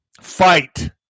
fight